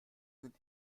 sind